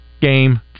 game